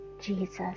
Jesus